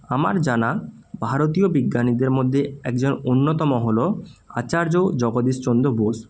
আমার জানা ভারতীয় বিজ্ঞানীদের মধ্যে একজন অন্যতম হলো আচার্য জগদীশ চন্দ্র বসু